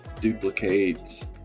duplicates